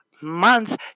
months